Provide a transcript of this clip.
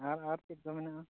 ᱟᱨ ᱟᱨ ᱪᱮᱫ ᱠᱚ ᱢᱮᱱᱟᱜᱼᱟ